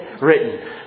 written